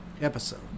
episode